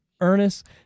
Ernest